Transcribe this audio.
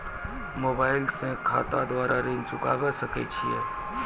Mobile से खाता द्वारा ऋण चुकाबै सकय छियै?